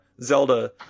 Zelda